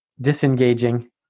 disengaging